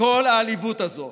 וכל העליבות הזאת